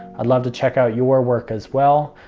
i'd love to check out your work as well.